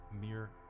mere